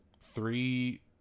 three